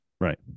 right